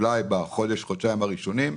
אולי בחודש-חודשיים הראשונים,